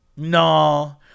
No